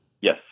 Yes